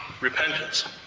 repentance